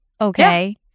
Okay